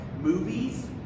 movies